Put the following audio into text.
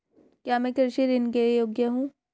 क्या मैं कृषि ऋण के योग्य हूँ?